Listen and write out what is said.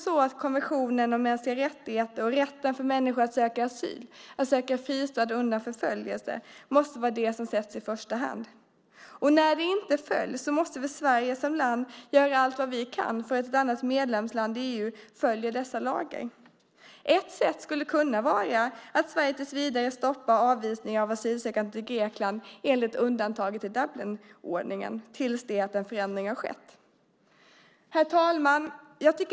Visst måste konventionen om mänskliga rättigheter och rätten för människor att söka asyl och en fristad undan förföljelse sättas i första rummet. När det inte följs måste Sverige som land göra allt det kan för att ett annat medlemsland i EU ska följa dessa lagar. Ett sätt skulle kunna vara att Sverige tills vidare stoppar avvisningar av asylsökande till Grekland enligt undantaget i Dublinordningen, alltså tills det att en förändring skett. Herr talman!